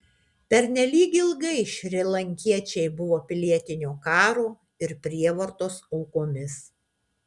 pernelyg ilgai šrilankiečiai buvo pilietinio karo ir prievartos aukomis